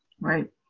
right